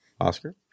Oscar